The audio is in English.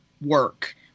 work